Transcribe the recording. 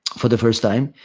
for the first time.